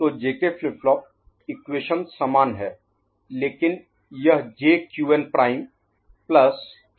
तो JK flip flop equation समान है लेकिन यह J Q n prime JQn' the single quote symbol ' is used to indicate prime plus K prime Q n K'Qn है